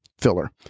filler